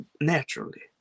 Naturally